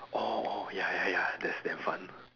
orh orh ya ya ya that's damn fun